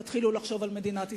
תתחילו לחשוב על מדינת ישראל.